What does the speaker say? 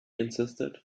insisted